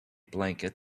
blanket